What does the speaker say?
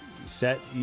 Set